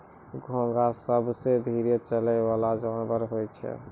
घोंघा सबसें धीरे चलै वला जानवर होय छै